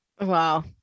Wow